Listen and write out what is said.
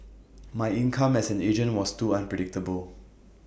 my income as an agent was too unpredictable